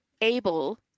able